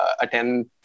attend